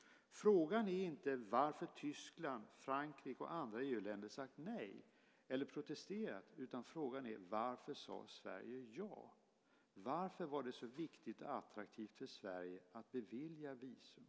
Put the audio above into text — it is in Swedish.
Frågan är inte varför Tyskland, Frankrike och andra EU-länder sagt nej eller protesterat. Frågan är: Varför sade Sverige ja? Varför var det så viktigt och attraktivt för Sverige att bevilja visum?